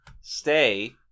stay